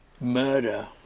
Murder